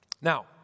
Now